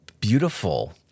beautiful